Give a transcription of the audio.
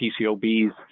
PCOB's